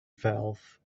valve